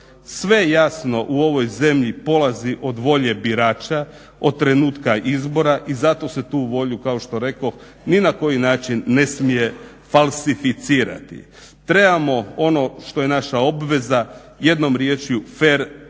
sve jasno u ovoj zemlji polazi od volje birača, od trenutka izbora i zato se tu volju kao što rekoh ni na koji način ne smije falsificirati. Trebamo, ono što je naša obveza jednom riječju fer izbore.